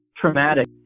traumatic